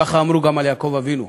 כך אמרו גם על יעקב אבינו: